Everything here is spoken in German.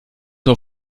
nur